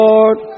Lord